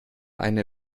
eine